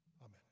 Amen